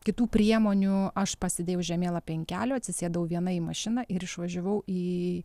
kitų priemonių aš pasidėjau žemėlapį ant kelio atsisėdau viena į mašiną ir išvažiavau į